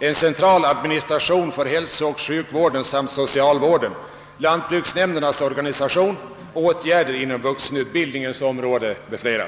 en central administration för hälsooch sjukvården samt socialvården, lantbruksnämndernas organisation, åtgärder på vuxenutbildningens område m.fl.